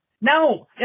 no